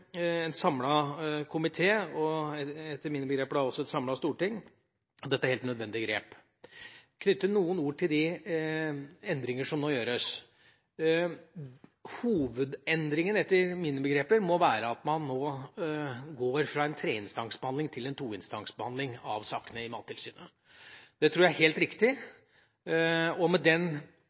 en samlet komité, og etter mine begreper også da et samlet storting, at dette er helt nødvendige grep. Jeg vil knytte noen ord til de endringer som nå gjøres. Hovedendringa, etter mine begreper, må være at man nå går fra en treinstansbehandling til en toinstansbehandling av sakene i Mattilsynet. Det tror jeg er helt riktig, og den